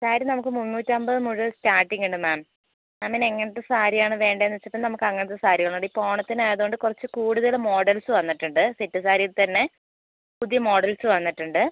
സാരി നമുക്ക് മൂന്നൂറ്റൻപത് മുതൽ സ്റ്റാർട്ടിംഗ് ഉണ്ട് മാം മാമിന് എങ്ങനത്തെ സാരി ആണ് വേണ്ടേന്ന് വെച്ചാൽ ഇപ്പം നമുക്ക് അങ്ങനത്തെ സാരികൾ ഇണ്ട് ഇപ്പം ഓണത്തിന് ആയതോണ്ട് കുറച്ച് കൂടുതൽ മോഡൽസ് വന്നിട്ടുണ്ട് സെറ്റ് സാരിയിൽ തന്നെ പുതിയ മോഡൽസ് വന്നിട്ടുണ്ട്